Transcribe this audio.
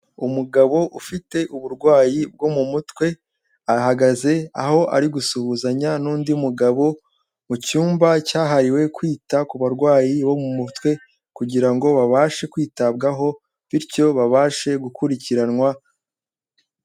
Umugabo ufite uburwayi bwo mu mutwe ahagaze aho ari gusuhuzanya n'undi mugabo mu cyumba cyahariwe kwita ku barwayi bo mu mutwe kugira ngo babashe kwitabwaho, bityo babashe gukurikiranwa.